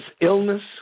illness